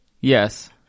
Yes